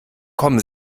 kommen